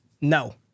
No